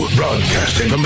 broadcasting